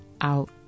out